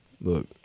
Look